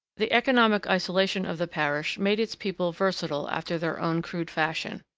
the economic isolation of the parish made its people versatile after their own crude fashion.